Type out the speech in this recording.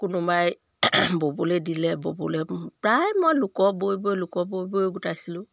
কোনোবাই ব'বলৈ দিলে ব'বলৈ প্ৰায় মই লোকৰ বৈ বৈ লোকৰ বৈ বৈ গোটাইছিলোঁ